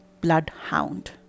bloodhound